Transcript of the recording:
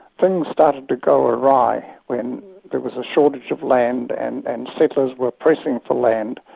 things started to go awry when there was a shortage of land, and and settlers were pressing for land.